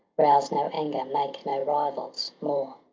rouse no anger, make no rivals more.